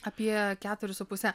apie keturis su puse